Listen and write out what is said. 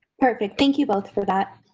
perfect, thank you both for that.